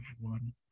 one